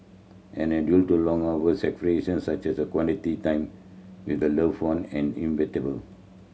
and due to long hours such as quality time with a loved one and inevitable